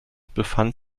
befand